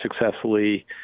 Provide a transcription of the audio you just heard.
successfully